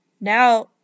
now